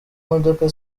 modoka